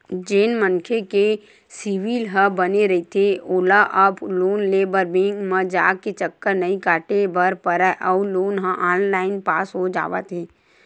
जेन मनखे के सिविल ह बने रहिथे ओला अब लोन लेबर बेंक म जाके चक्कर नइ काटे बर परय अउ लोन ह ऑनलाईन पास हो जावत हे